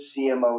CMO